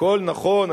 הכול נכון,